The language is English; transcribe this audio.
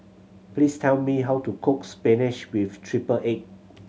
please tell me how to cook spinach with triple egg